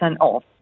off